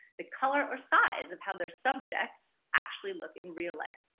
the colour or size of how their subjects actually look in real life.